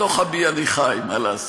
בתוך עמי אני חי, מה לעשות.